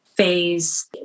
Phase